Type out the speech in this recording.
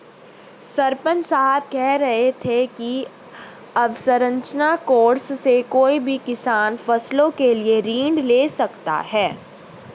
सरपंच साहब कह रहे थे कि अवसंरचना कोर्स से कोई भी किसान फसलों के लिए ऋण ले सकता है